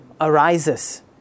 arises